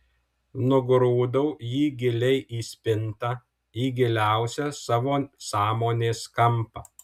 nugrūdau jį giliai į spintą į giliausią savo sąmonės kampą